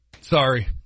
sorry